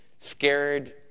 scared